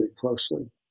closely